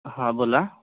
हां बोला